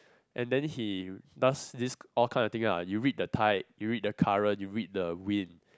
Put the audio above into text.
and then he does this all kind of thing ah you read the tide you read the current you read the wind